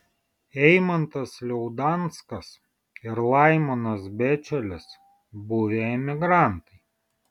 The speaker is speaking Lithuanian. eimantas liaudanskas ir laimonas bečelis buvę emigrantai